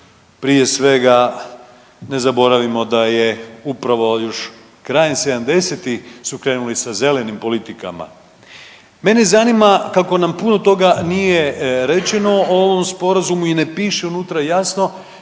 prije svega ne zaboravimo da je upravo još krajem 70-tih su krenuli sa zelenim politikama. Mene zanima kako nam puno toga nije rečeno o ovom Sporazumu i ne piše unutra jasno.